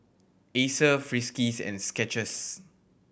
Acer Friskies and Skechers